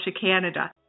Canada